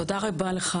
תודה רבה לך,